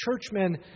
churchmen